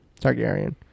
Targaryen